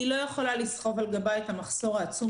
היא לא יכולה לסחוב על גבה את המחסור העצום